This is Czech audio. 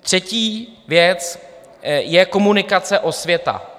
Třetí věc je komunikace, osvěta.